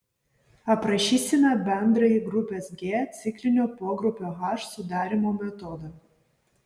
aprašysime bendrąjį grupės g ciklinio pogrupio h sudarymo metodą